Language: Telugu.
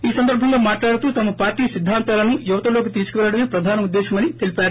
ఈ సందర్భంగా మాట్లాడుతూ తమ పార్లీ సిద్ధాంతాలను యువతలోకి తీసుకెళ్లడమే ప్రధాన ఉద్దేశమని తెలిపారు